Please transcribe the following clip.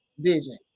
vision